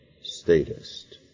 statist